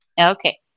Okay